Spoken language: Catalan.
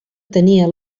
tenia